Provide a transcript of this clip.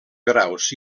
graus